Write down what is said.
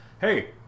hey